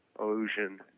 illusion